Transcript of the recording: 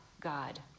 God